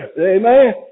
Amen